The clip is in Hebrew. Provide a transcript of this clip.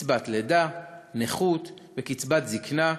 קצבת לידה, נכות וקצבת זיקנה,